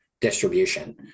distribution